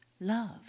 love